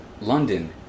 London